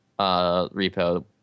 repo